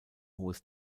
hohes